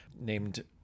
Named